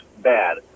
bad